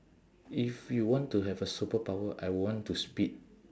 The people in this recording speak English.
if you want to have a superpower I want to speed